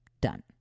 done